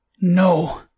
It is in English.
No